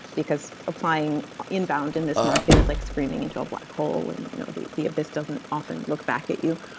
because applying inbound in this market is like screaming into a black hole, when you know the the abyss doesn't often look back at you.